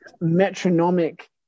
metronomic